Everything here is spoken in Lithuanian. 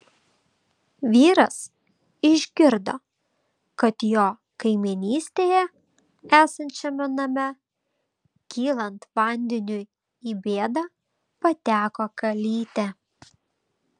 vyras išgirdo kad jo kaimynystėje esančiame name kylant vandeniui į bėdą pateko kalytė